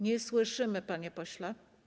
Nie słyszymy, panie pośle.